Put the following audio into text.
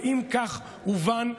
ואם כך הובן,